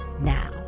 now